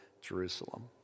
Jerusalem